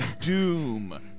doom